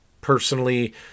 personally